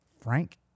frank